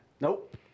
Nope